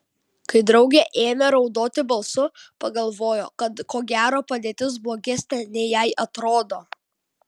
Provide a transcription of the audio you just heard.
kai draugė ėmė raudoti balsu pagalvojo kad ko gero padėtis blogesnė nei jai atrodo